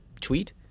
tweet